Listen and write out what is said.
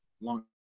long